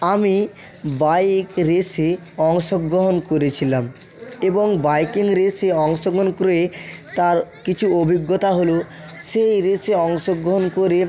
আমি বাইক রেসে অংশগ্রহণ করেছিলাম এবং বাইকিং রেসে অংশগ্রহণ করে তার কিছু অভিজ্ঞতা হলো সেই রেসে অংশগ্রহণ করে